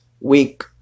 week